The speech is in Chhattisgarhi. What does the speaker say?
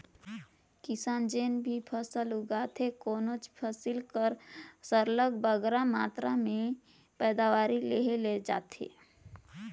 किसान जेन भी फसल उगाथे कोनोच फसिल कर सरलग बगरा मातरा में पएदावारी लेहे ले रहथे